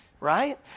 Right